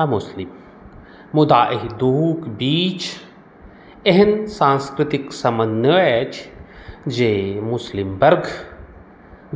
आ मुस्लिम मुदा एहि दुहूक बीच एहन सांस्कृतिक समन्वय अछि जे मुस्लिम वर्ग